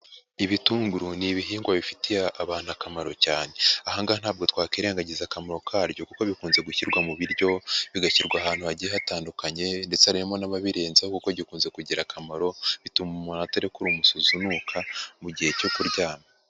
Ibitunguru ni ibihingwa bifitiye abantu akamaro cyane, aha ngaha ntabwo twakirengagiza akamaro karyo kuko bikunze gushyirwa mu biryo, bigashyirwa ahantu hagiye hatandukanye ndetse harimo n'ababirenzaho kuko gikunze kugira akamaro, bituma umuntu atarekura umusuzi unuka mu gihe cyo kuryama.